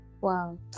Wow